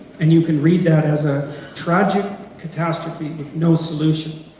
and you can read that as a tragic catastrophe with no solution.